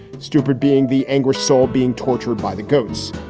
stupid being the anguished soul, being tortured by the goats.